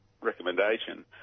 recommendation